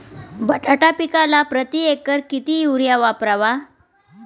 बटाटा पिकाला प्रती एकर किती युरिया वापरावा?